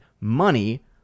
money